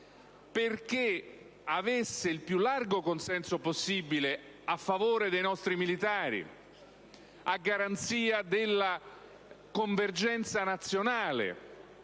affinché avesse il più largo consenso possibile a favore dei nostri militari, a garanzia della convergenza nazionale